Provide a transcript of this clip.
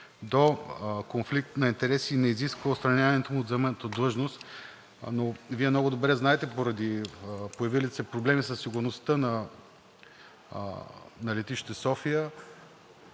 до конфликт на интереси и не изисква отстраняването му от заеманата длъжност. Вие много добре знаете, че поради появилите се проблеми със сигурността на летище София